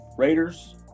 Raiders